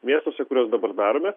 miestuose kuriuos dabar darome